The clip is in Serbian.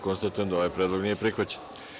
Konstatujem da ovaj predlog nije prihvaćen.